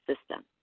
system